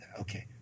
Okay